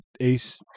Ace